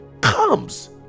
comes